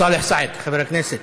סאלח סעד, חבר הכנסת.